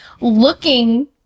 looking